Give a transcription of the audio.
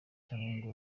cyangwa